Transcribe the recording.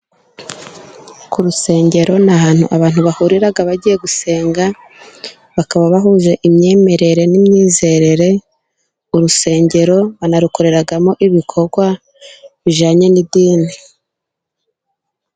Ku rusengero ni ahantu abantu bahurira bagiye gusenga bakaba bahuje imyemerere n'imyizerere. Urusengero banarukoreramo ibikorwa bijyanye n'idini.